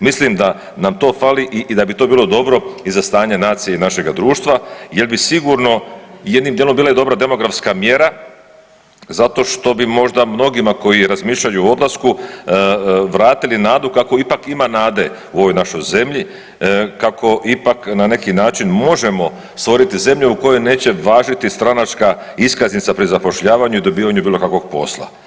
Mislim da nam to fali i da bi to bilo dobro i za stanje nacije i našega društva, jer bi sigurno jednim dijelom bila i dobra Demografska mjera zato što bi možda mnogima koji razmišljaju o odlasku vratili nadu kako ipak ima nade u ovoj našoj zemlji, kako ipak na neki način možemo stvoriti zemlju u kojoj neće važiti stranačka iskaznica pri zapošljavanju i dobivanju bilo kakvog posla.